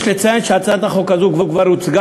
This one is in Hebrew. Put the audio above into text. יש לציין שהצעת החוק הזאת כבר הוצגה